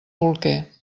bolquer